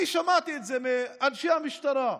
אני שמעתי את זה מאנשי המשטרה,